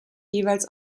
jeweils